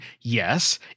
yes